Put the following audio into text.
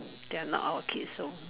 they are not our kids so